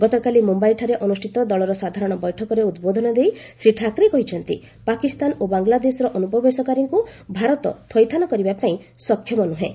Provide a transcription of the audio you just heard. ଗତକାଲି ମୁମ୍ୟାଇଠାରେ ଅନୁଷ୍ଠିତ ଦଳର ସାଧାରଣ ବୈଠକରେ ଉଦ୍ବୋଧନ ଦେଇ ଶ୍ରୀ ଠାକ୍ରେ କହିଛନ୍ତି ପାକିସ୍ତାନ ଓ ବାଂଲାଦେଶର ଅନୁପ୍ରବେଶକାରୀଙ୍କୁ ଭାରତ ଥଇଥାନ କରିବା ପାଇଁ ସକ୍ଷମ ନୁହେଁ